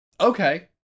Okay